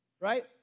Right